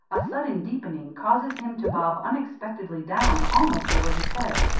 a sudden deepening causes him to bob unexpectedly down almost over his head.